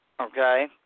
okay